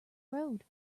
road